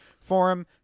Forum